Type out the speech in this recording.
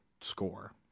score